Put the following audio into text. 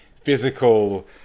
physical